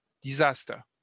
disaster